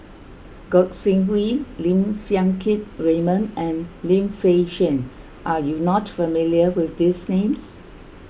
Gog Sing Hooi Lim Siang Keat Raymond and Lim Fei Shen are you not familiar with these names